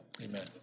amen